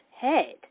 head